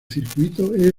circuito